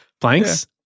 Planks